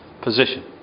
position